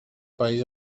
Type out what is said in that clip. país